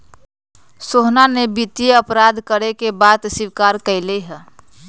सोहना ने वित्तीय अपराध करे के बात स्वीकार्य कइले है